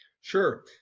sure